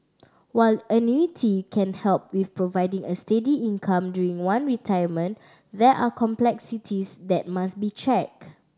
while annuity can help with providing a steady income during one retirement there are complexities that must be check